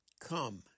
come